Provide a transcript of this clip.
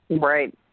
Right